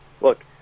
Look